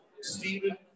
Stephen